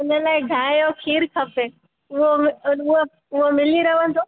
उन लाइ गांइ जो खीरु खपे उहो अ उहो उहो मिली रहंदो